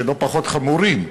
שהם לא פחות חמורים.